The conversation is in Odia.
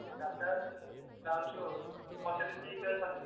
ଦାଦା ସବୁ ଯାଉଛୁ ତୁମର ସେଠି କିଏ କିଏ ଅଛନ୍ତି